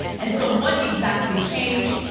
and so what exactly changed?